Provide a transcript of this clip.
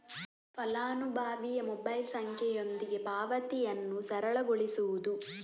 ಫಲಾನುಭವಿಯ ಮೊಬೈಲ್ ಸಂಖ್ಯೆಯೊಂದಿಗೆ ಪಾವತಿಯನ್ನು ಸರಳಗೊಳಿಸುವುದು